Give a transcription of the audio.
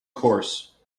course